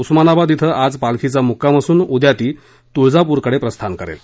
उस्मानाबाद ॐ आज पालखीचा मुक्काम असुन उद्या ती तुळजापुरकडे प्रस्थान करेल